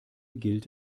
gilt